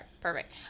perfect